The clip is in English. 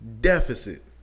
deficit